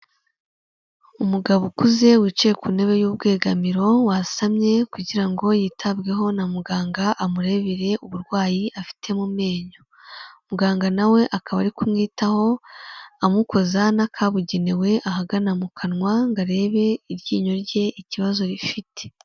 Umugabo ukuze wicaye ku ntebe y'urwegamiro, wasamye kugira ngo yitabweho na muganga amurebere uburwayi afite mu menyo, muganga na we akaba ari kumwitaho amukoza n'akabugenewe ahagana mu kanwa ngo arebe iryinyo rye ikibazo rifite.